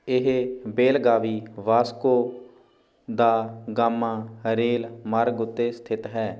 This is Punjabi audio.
ਇਹ ਬੇਲਗਾਵੀ ਵਾਸਕੋ ਦਾ ਗਾਮਾ ਰੇਲ ਮਾਰਗ ਉੱਤੇ ਸਥਿਤ ਹੈ